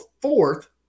fourth